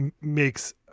makes